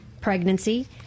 pregnancy